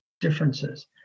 differences